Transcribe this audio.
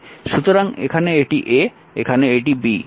সুতরাং এখানে এটি a' এখানে এটি b'